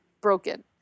broken